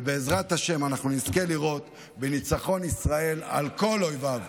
ובעזרת השם אנחנו נזכה לראות בניצחון ישראל על כל אויביו.